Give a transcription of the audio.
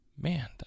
Man